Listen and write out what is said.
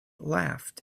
laughed